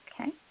Okay